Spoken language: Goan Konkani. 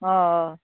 हय